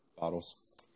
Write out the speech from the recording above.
bottles